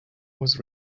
was